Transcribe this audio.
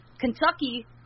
Kentucky